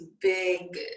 big